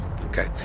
Okay